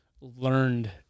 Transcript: learned